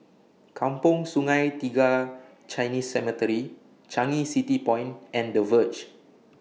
Kampong Sungai Tiga Chinese Cemetery Changi City Point and The Verge